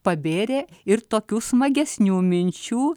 pabėrė ir tokių smagesnių minčių